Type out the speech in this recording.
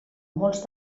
molts